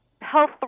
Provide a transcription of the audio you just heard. health